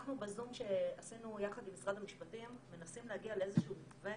אנחנו בזום שעשינו יחד עם משרד המשפטים מנסים להגיע לאיזה שהוא מתווה